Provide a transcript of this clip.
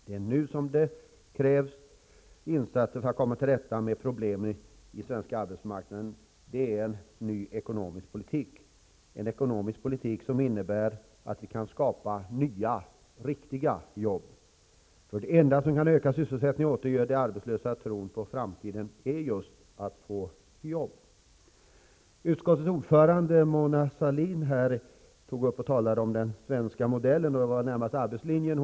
Det som nu krävs för att komma till rätta med problemen i svensk arbetsmarknad är en ny ekonomisk politik, en politik som innebär att vi kan skapa nya, riktiga jobb. För det enda som kan öka sysselsättningen och återge de arbetslösa tron på framtiden är just att de får jobb. Utskottets ordförande Mona Sahlin talade om den svenska modellen och avsåg då närmast arbetslinjen.